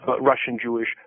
Russian-Jewish